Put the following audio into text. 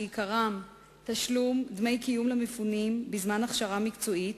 שעיקרן תשלום דמי קיום למפונים בזמן הכשרה מקצועית,